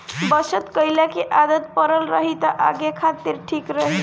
बचत कईला के आदत पड़ल रही त आगे खातिर ठीक रही